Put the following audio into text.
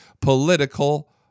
political